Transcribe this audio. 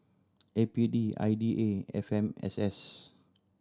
A P D I D A and F M S S